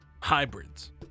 Hybrids